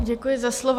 Děkuji za slovo.